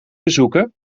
bezoeken